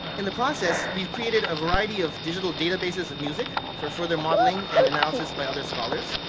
in the process, we've created a variety of digital databases of music, for further modeling and analysis by other scholars.